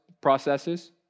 processes